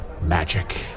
Magic